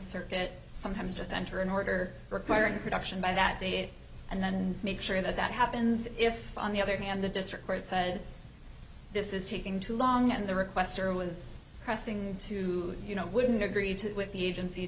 circuit sometimes just enter an order requiring production by that date and then make sure that happens if on the other hand the district court said this is taking too long and the request was pressing too you know wouldn't agree to the agency